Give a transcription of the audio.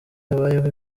habayeho